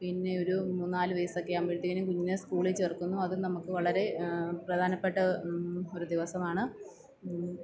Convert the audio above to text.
പിന്നെ ഒരു മൂന്ന് നാല് വയസ്സൊക്കെ ആകുമ്പഴത്തേക്കും കുഞ്ഞിനെ സ്കൂളില് ചേര്ക്കുന്നു അത് നമ്മൾക്ക് വളരെ പ്രധാനപ്പെട്ട ഒരു ദിവസമാണ്